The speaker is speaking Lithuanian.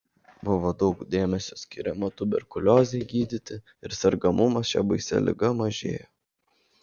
buvo daug dėmesio skiriama tuberkuliozei gydyti ir sergamumas šia baisia liga mažėjo